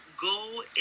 go